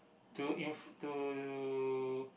to in to